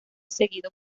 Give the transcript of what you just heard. seguido